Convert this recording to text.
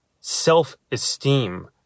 self-esteem